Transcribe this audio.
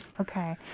Okay